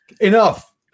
Enough